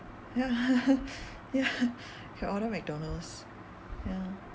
ya ya can order macdonalds ya